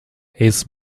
his